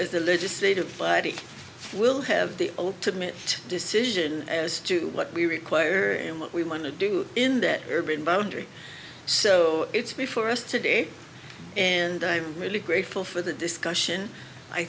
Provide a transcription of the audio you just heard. as a legislative body will have the ultimate decision as to what we require and what we want to do in that urban boundary so it's before us today and i'm really grateful for the discussion i